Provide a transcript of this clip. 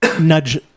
nudge